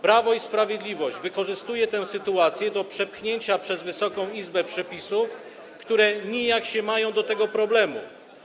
Prawo i Sprawiedliwość wykorzystuje tę sytuację do przepchnięcia przez Wysoką Izbę przepisów, które nijak się mają do tego problemu.